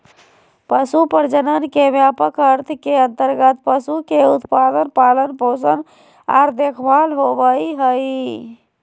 पशु प्रजनन के व्यापक अर्थ के अंतर्गत पशु के उत्पादन, पालन पोषण आर देखभाल होबई हई